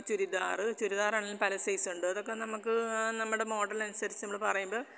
ചുരിദാർ ചുരിദാർ ആണെങ്കിലും പല സൈസ് ഉണ്ട് അതൊക്കെ നമുക്ക് നമ്മുടെ മോഡൽ അനുസരിച്ച് നമ്മൾ പറയുമ്പം